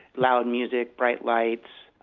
loud music, bright lights.